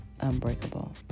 unbreakable